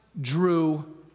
drew